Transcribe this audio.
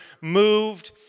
moved